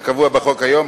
כקבוע בחוק כיום,